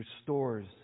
restores